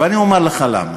ואני אומר לך למה.